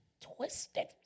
Twisted